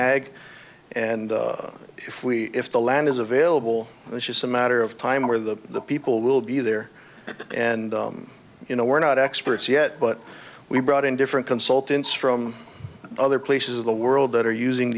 ag and if we if the land is available it's just a matter of time where the people will be there and you know we're not experts yet but we brought in different consultants from other places of the world that are using